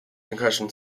concussion